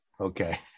okay